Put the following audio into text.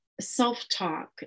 self-talk